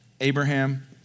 Abraham